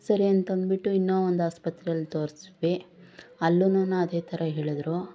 ಸರಿ ಅಂತ ಅಂದ್ಬಿಟ್ಟು ಇನ್ನು ಒಂದು ಆಸ್ಪತ್ರೆಯಲ್ಲಿ ತೋರ್ಸಿದ್ವಿ ಅಲ್ಲೂನೂ ಅದೇ ಥರ ಹೇಳಿದ್ರು